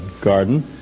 garden